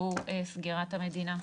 שהוא סגירת המדינה.